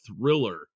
thriller